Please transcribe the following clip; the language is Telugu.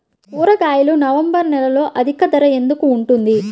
కూరగాయలు నవంబర్ నెలలో అధిక ధర ఎందుకు ఉంటుంది?